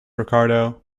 ricardo